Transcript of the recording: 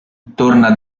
torna